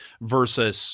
versus